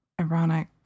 ironic